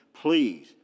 Please